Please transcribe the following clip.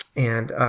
and